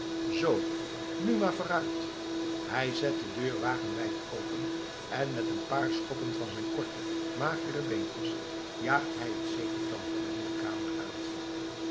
zoo nu maar vooruit hij zet de deur wagenwijd open en met een paar schoppen van zijn korte magere beentjes jaagt hij het zevental honden de kamer uit